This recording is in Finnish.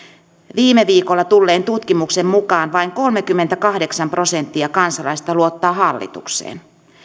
viime viikolla tulleen tutkimuksen mukaan vain kolmekymmentäkahdeksan prosenttia kansalaisista luottaa hallitukseen